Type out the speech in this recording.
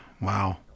wow